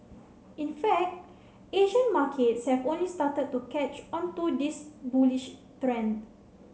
in fact Asian markets have only started to catch on to this bullish trend